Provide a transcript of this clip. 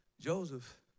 Joseph